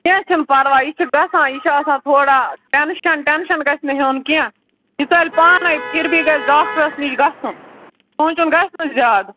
کینٛہہ چھُ نہٕ پَرواے یہِ چھُ گژھان یہِ چھُ آسان تھوڑا ٹینشَن ٹینشَن گَژھِ نہٕ ہیوٚن کیٚنٛہہ یہِ ژلہِ پانَے پھربھی گَژھِ ڈاکٹرَس نِش گژھُن سونٛچُن گَژھِ نہٕ زیادٕ